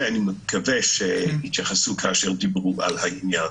אני מקווה שהתייחסו כאשר דיברו על העניין.